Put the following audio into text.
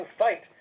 fight